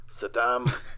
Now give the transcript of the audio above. Saddam